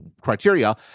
criteria